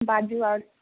बाजु आओर